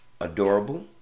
adorable